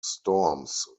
storms